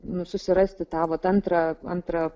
nu susirasti tą vat antrą antrą